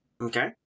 okay